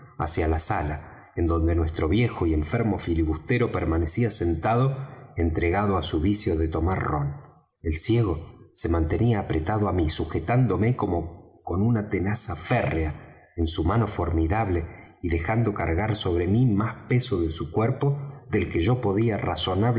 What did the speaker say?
hacia la sala en donde nuestro viejo y enfermo filibustero permanecía sentado entregado á su vicio de tomar rom el ciego se mantenía apretado á mí sujetándome como con una tenaza férrea en su mano formidable y dejando cargar sobre mí más peso de su cuerpo del que yo podía